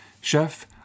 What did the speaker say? chef